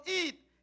eat